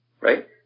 right